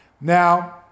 Now